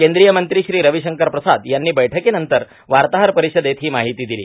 केंद्रीय मंत्री श्री रविशंकर प्रसाद यांनी बैठकीनंतर वार्ताहर परिषदेत ही माहिती दिली